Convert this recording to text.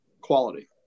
quality